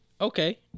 Okay